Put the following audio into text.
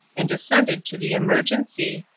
and descended to the emergency,